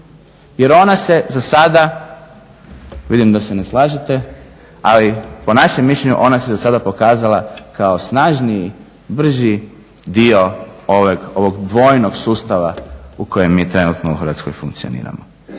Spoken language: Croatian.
jer ona se za sada vidim da se ne slažete ali po našem mišljenju ona se za sada pokazala kao snažniji, brži dio ovog dvojnog sustava u kojem mi trenutno u Hrvatskoj funkcioniramo.